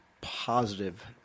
positive